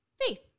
Faith